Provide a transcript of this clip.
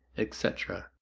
etc,